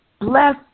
Bless